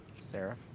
Sarah